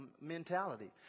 mentality